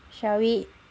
shall we